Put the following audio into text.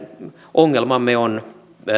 ongelmamme on